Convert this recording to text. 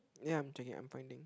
ya I'm checking I'm finding